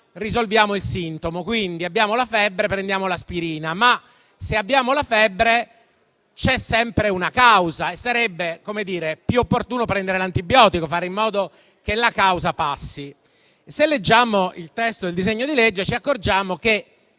risolviamo il sintomo, quindi se abbiamo la febbre, prendiamo l'aspirina. Tuttavia, se abbiamo la febbre c'è sempre una causa e sarebbe più opportuno prendere l'antibiotico, fare in modo che la causa passi. Se leggiamo il testo del disegno di legge ci accorgiamo che